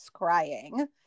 scrying